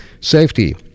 safety